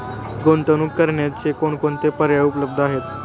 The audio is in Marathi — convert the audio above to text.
गुंतवणूक करण्याचे कोणकोणते पर्याय उपलब्ध आहेत?